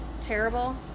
terrible